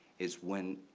is when